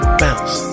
bounce